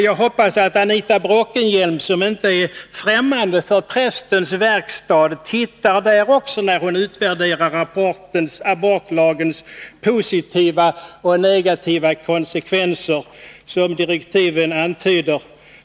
Jag hoppas att Anita Bråkenhielm, som inte är främmande för prästens verkstad, tar hänsyn också till detta när hon, som direktiven antyder, utvärderar abortlagens positiva och negativa konsekvenser.